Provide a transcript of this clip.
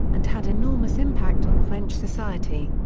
and had enormous impact on french society.